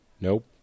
Nope